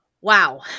wow